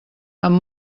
amb